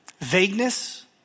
Vagueness